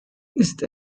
ist